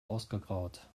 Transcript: ausgegraut